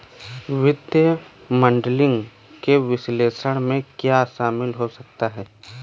वित्तीय मॉडलिंग के विश्लेषण में क्या शामिल हो सकता है?